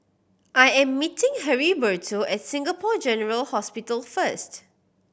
I am meeting Heriberto at Singapore General Hospital first